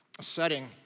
setting